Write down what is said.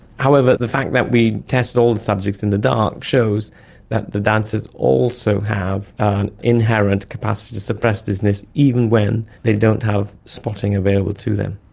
however, the fact that we tested all the subjects in the dark shows that the dancers also have an inherent capacity to suppress dizziness even when they don't have spotting available to them.